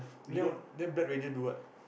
then what then black ranger do what